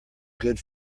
good